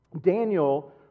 Daniel